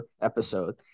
episode